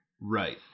Right